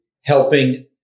helping